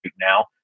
now